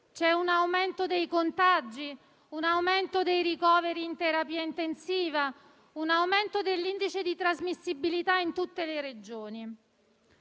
c'è un aumento dei contagi, un aumento dei ricoveri in terapia intensiva, un aumento dell'indice di trasmissibilità in tutte le Regioni.